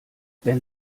wenn